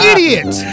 Idiot